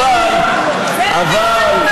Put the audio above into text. בוא, עסקה.